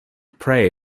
pray